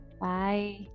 Bye